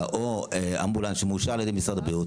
או אמבולנס שמאושר על ידי משרד הבריאות,